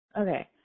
okay